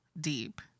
deep